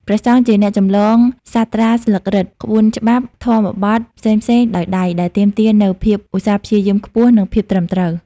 ព្រះសង្ឃជាអ្នកចម្លងសាត្រាស្លឹករឹត ក្បួនច្បាប់ ធម្មបទផ្សេងៗដោយដៃ ដែលទាមទារនូវភាពឧស្សាហ៍ព្យាយាមខ្ពស់ និងភាពត្រឹមត្រូវ។